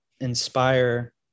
inspire